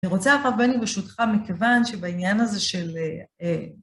אני רוצה הרב בני, ברשותך, מכיוון שבעניין הזה של...